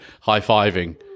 high-fiving